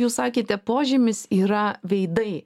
jūs sakėte požymis yra veidai